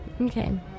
Okay